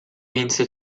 vinse